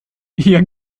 ihr